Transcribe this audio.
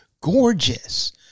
gorgeous